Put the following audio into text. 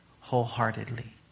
wholeheartedly